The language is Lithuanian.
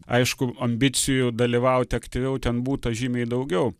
aišku ambicijų dalyvauti aktyviau ten būta žymiai daugiau